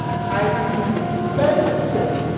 i invented